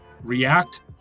react